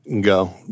go